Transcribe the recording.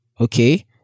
Okay